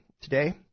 today